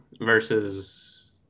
versus